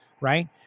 right